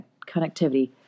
connectivity